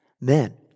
men